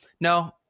No